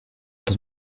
its